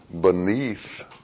beneath